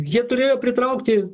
jie turėjo pritraukti